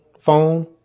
phone